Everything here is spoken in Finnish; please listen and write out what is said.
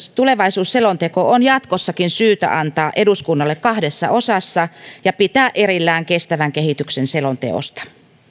tulevaisuusselonteko on jatkossakin syytä antaa eduskunnalle kahdessa osassa ja pitää erillään kestävän kehityksen selonteosta